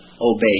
obey